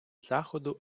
заходу